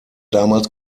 damals